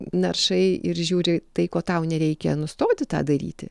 naršai ir žiūri tai ko tau nereikia nustoti tą daryti